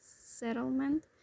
settlement